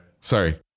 Sorry